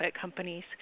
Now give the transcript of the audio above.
companies